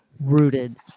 rooted